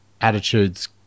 attitude's